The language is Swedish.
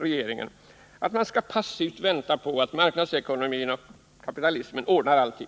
regeringen att man skall passivt vänta på att marknadsekonomin och kapitalismen skall ordna allt.